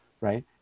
right